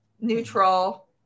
Neutral